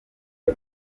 iya